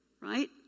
Right